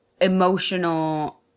emotional